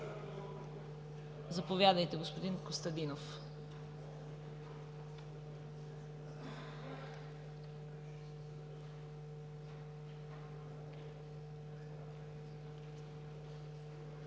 Заповядайте, господин Костадинов.